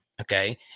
Okay